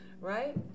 right